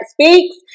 Speaks